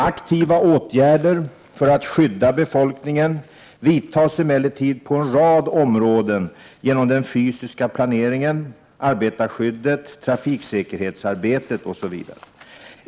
Aktiva åtgärder för att skydda befolkningen vidtas emellertid på en rad områden genom den fysiska planeringen, arbetarskyddet, trafiksäkerhetsarbetet, osv.